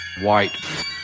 white